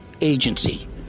agency